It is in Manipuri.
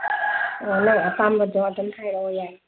ꯅꯪ ꯑꯄꯥꯝꯕꯗꯣ ꯑꯗꯨꯝ ꯍꯥꯏꯔꯛꯑꯣ ꯌꯥꯏ